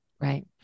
Right